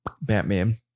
batman